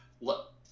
look